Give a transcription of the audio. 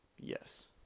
Yes